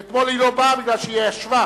אתמול היא לא באה כי היא ישבה.